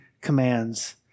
commands